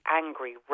angry